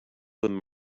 them